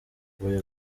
mvuye